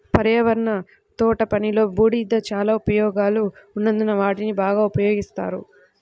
పర్యావరణ తోటపనిలో, బూడిద చాలా ఉపయోగాలు ఉన్నందున వాటిని బాగా ఉపయోగిస్తారు